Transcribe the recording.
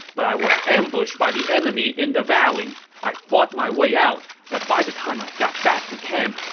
but i was ambushed by the enemy in the valley. i fought my way out, but by the time i got back to camp,